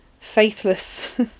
faithless